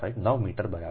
75 9 metre બરાબર છે